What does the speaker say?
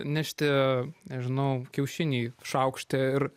nešti nežinau kiaušinį šaukšte ir